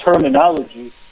terminology